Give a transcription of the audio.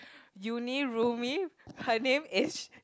uni roomie her name is